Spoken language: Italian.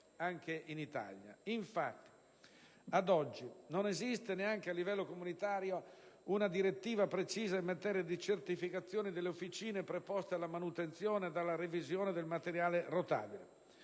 anche in Italia. Infatti, ad oggi: non esiste, neanche a livello comunitario, una direttiva precisa in materia di certificazione delle officine preposte alla manutenzione ed alla revisione del materiale rotabile;